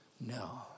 No